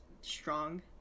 strong